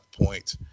point